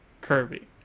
Kirby